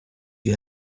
you